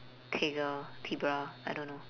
teger tebra I don't know